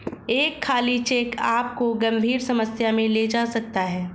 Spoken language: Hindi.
एक खाली चेक आपको गंभीर समस्या में ले जा सकता है